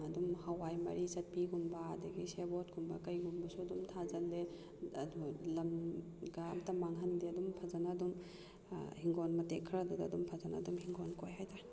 ꯑꯗꯨꯝ ꯍꯋꯥꯏ ꯃꯔꯤ ꯆꯠꯄꯤꯒꯨꯝꯕ ꯑꯗꯨꯗꯒꯤ ꯁꯦꯕꯣꯀꯨꯝꯕ ꯀꯔꯤꯒꯨꯝꯕꯁꯨ ꯑꯗꯨꯝ ꯊꯥꯖꯜꯂꯦ ꯑꯗꯨ ꯂꯝꯒ ꯑꯃꯇ ꯃꯥꯡꯍꯟꯗꯦ ꯑꯗꯨꯝ ꯐꯖꯟꯅ ꯑꯗꯨꯝ ꯍꯤꯡꯒꯣꯜ ꯃꯇꯦꯛ ꯈꯔꯗꯨꯗ ꯑꯗꯨꯝ ꯐꯖꯟꯅ ꯑꯗꯨꯝ ꯍꯤꯡꯒꯣꯜ ꯀꯣꯏ ꯍꯥꯏꯇꯥꯔꯦ